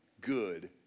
good